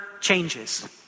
changes